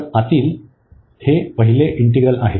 तर आतील हे पहिले इंटीग्रल आहे